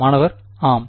மாணவர் ஆம்